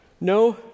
no